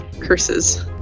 Curses